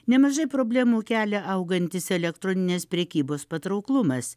nemažai problemų kelia augantis elektroninės prekybos patrauklumas